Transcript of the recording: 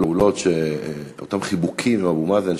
את אותם חיבוקים עם אבו מאזן,